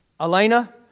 Elena